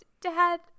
dad